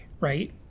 right